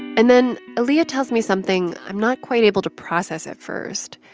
and then aaliyah tells me something i'm not quite able to process at first.